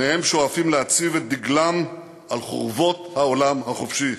שניהם שואפים להציב את דגלם על חורבות העולם החופשי.